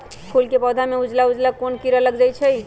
फूल के पौधा में उजला उजला कोन किरा लग जई छइ?